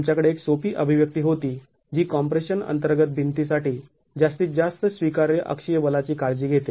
आमच्याकडे एक सोपी अभिव्यक्ती होती जी कॉम्प्रेशन अंतर्गत भिंतीसाठी जास्तीत जास्त स्वीकार्य अक्षीय बलाची काळजी घेते